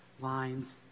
lines